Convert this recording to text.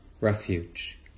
refuge